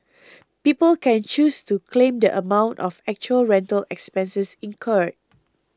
people can choose to claim the amount of actual rental expenses incurred